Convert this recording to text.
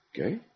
Okay